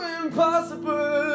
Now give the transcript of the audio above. impossible